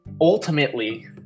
ultimately